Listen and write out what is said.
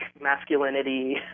masculinity